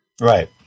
Right